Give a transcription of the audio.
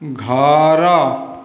ଘର